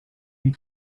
you